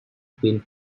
been